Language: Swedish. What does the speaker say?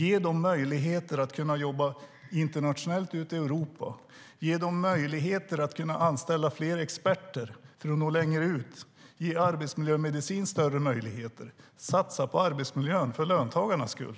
Skapa möjligheter att kunna jobba internationellt ute i Europa och möjligheter att kunna anställa fler experter för att nå längre ut. Ge arbetsmiljömedicin större möjligheter och satsa på arbetsmiljön för löntagarnas skull.